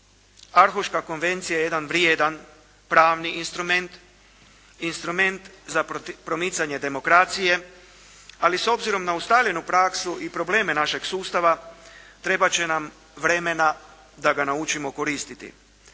Arhuška konvencija je jedan vrijedan, pravni instrument, instrument za promicanje demokracije, ali s obzirom na ustaljenu praksu i probleme našeg sustava trebati će nam vremena da ga naučimo koristiti.